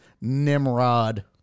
Nimrod